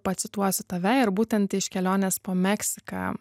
pacituosiu tave ir būtent iš kelionės po meksiką